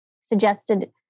suggested